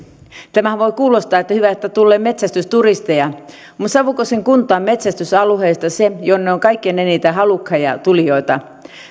tämähän voi kuulostaa siltä että hyvä että tulee metsästysturisteja mutta savukosken kunta on metsästysalueista se jonne on kaikkein eniten halukkaita tulijoita